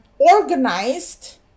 organized